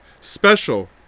special